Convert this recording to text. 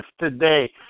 today